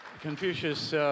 Confucius